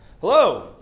Hello